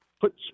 put